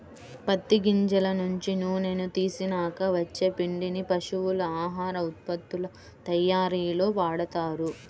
పత్తి గింజల నుంచి నూనెని తీసినాక వచ్చే పిండిని పశువుల ఆహార ఉత్పత్తుల తయ్యారీలో వాడతారు